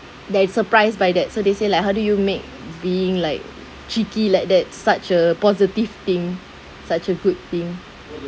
they surprised by that so they say like how do you make being like cheeky like that such a positive thing such a good thing